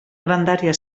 grandària